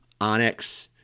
Onyx